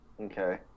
okay